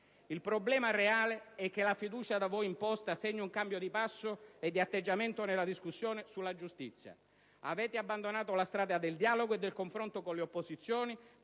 Il problema reale è che la fiducia da voi imposta segna un cambio di passo e di atteggiamento nella discussione sulla giustizia. Avete abbandonato la strada del dialogo e del confronto con le opposizioni,